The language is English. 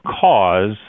cause